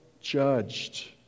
judged